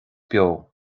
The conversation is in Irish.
beo